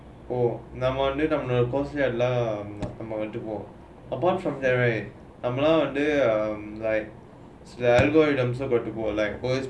oh நம்பே வந்தே நம்மே:nambae vanthae namma course lah among the world apart from there right நம்பே வந்தே:nambae vanthae nowaday like start algorithms about to go